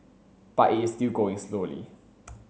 but it is still going slowly